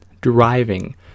driving